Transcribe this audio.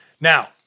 Now